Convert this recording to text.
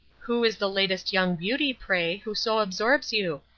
who is the latest young beauty, pray, who so absorbs you?